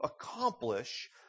accomplish